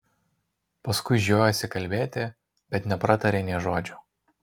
paskui žiojosi kalbėti bet nepratarė nė žodžio